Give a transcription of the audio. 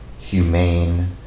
humane